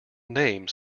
name